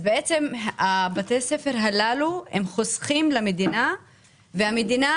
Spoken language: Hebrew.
בתי הספר האלה חוסכים למדינה והמדינה,